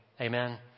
Amen